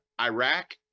Iraq